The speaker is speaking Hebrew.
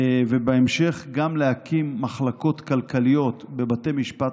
ובהמשך גם להקים מחלקות כלכליות בבתי משפט